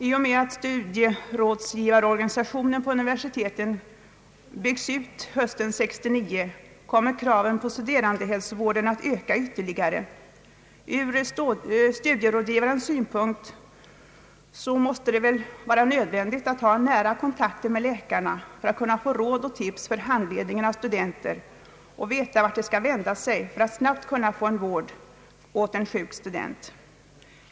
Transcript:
I och med att studierådgivarorganisationen vid universiteten byggs ut hösten 1969 kommer kraven på studerandehälsovården att öka ytterligare. Ur studierådgivarnas synpunkt är det nödvändigt att ha nära kontakter med läkarna, att kunna få råd och tips för handledningen av studenter och att veta vart man skall vända sig för att snabbt kunna få vård åt en sjuk student.